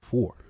Four